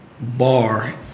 bar